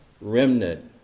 remnant